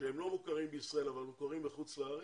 שהם לא מוכרים בישראל אבל מוכרים בחוץ לארץ,